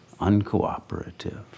uncooperative